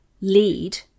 lead